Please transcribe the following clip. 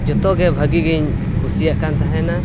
ᱡᱚᱛᱚᱜᱮ ᱵᱷᱟᱹᱜᱤ ᱜᱤᱧ ᱠᱩᱥᱤᱭᱟᱜ ᱠᱟᱱ ᱛᱟᱦᱮᱱᱟ